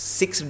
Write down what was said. six